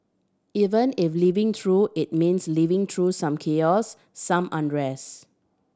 even if living through it means living through some chaos some unrest